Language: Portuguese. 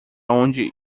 onde